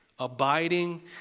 abiding